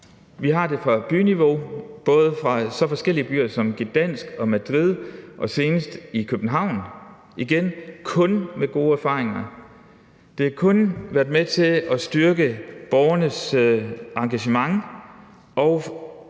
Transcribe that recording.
Vi har det på byniveau i så forskellige byer som Gdansk og Madrid og senest i København – igen kun med gode erfaringer. Det har kun været med til at styrke borgernes engagement, og